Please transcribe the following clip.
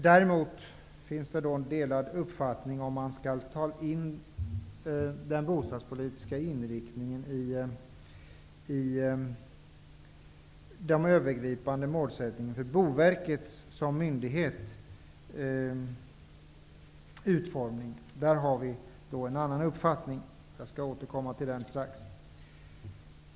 Däremot finns det delade uppfattningar om huruvida man skall ta med bostadspolitikens inriktning i de övergripande målen för Boverket såsom myndighet. Där har vi en annan uppfattning, som jag strax skall återkomma till.